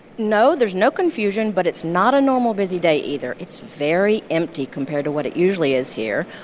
no, there's no confusion, but it's not a normal busy day either. it's very empty compared to what it usually is here.